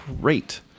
great